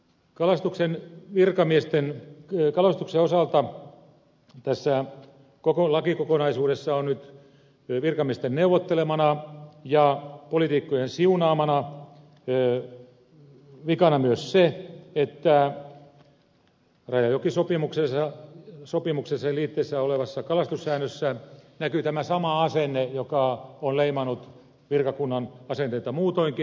kalastuksen virkamiesten työkalu se on se osalta tässä koko lakikokonaisuudessa on nyt virkamiesten neuvottelemana ja poliitikkojen siunaamana vikana myös se että rajajokisopimuksen liitteessä olevassa kalastussäännössä näkyy tämä sama asenne joka on leimannut virkakunnan asenteita muutoinkin